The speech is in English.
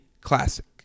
classic